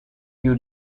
you